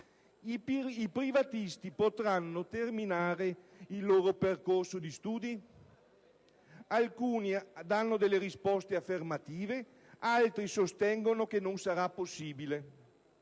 i privatisti potranno terminare il loro percorso di studi? Alcuni danno delle risposte affermative, mentre altri sostengono che non sarà possibile.